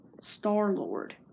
Star-Lord